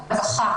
קבוצה.